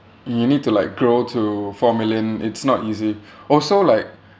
you need to like grow to four million it's not easy also like